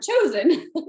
chosen